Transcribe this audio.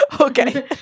okay